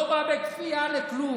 אני לא בא בכפייה לכלום.